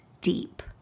deep